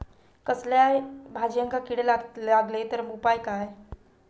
कसल्याय भाजायेंका किडे लागले तर उपाय काय?